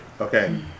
Okay